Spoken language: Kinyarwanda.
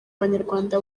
abanyarwanda